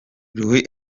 luis